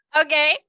Okay